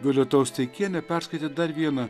violeta osteikienė perskaitė dar vieną